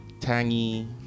tangy